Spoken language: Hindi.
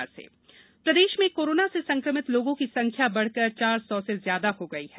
प्रदेश कोरोना प्रदेश में कोरोना से संकमित लोगों की संख्या बढ़कर चार सौ से ज्यादा हो गई है